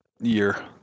year